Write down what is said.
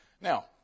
Now